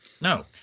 No